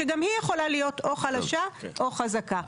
שגם היא יכול להיות או חלשה או חזקה.